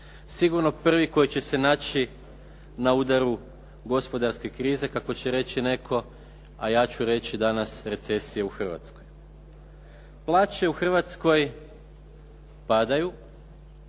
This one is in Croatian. sigurno prvi koji će se naći na udaru gospodarske krize kako će reći netko, a ja ću reći danas recesije u Hrvatskoj. Plaće u Hrvatskoj padaju,